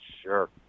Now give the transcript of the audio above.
Sure